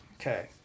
Okay